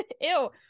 Ew